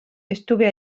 estuve